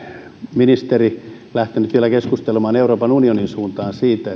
ministeri lähtenyt vielä keskustelemaan euroopan unionin suuntaan siitä